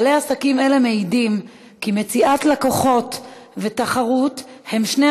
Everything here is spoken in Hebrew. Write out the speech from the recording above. בעלי עסקים אלו מעידים כי מציאת לקוחות ותחרות הם שני